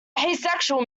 asexual